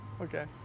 Okay